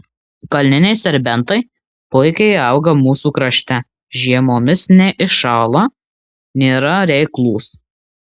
kalniniai serbentai puikiai auga mūsų krašte žiemomis neiššąla nėra reiklūs